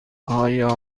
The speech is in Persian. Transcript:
آیا